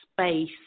space